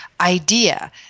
idea